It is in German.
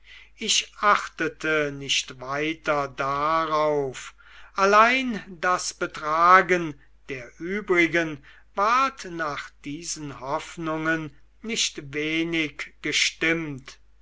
ich achtete nicht weiter darauf allein das betragen der übrigen ward nach diesen hoffnungen nicht wenig gestimmt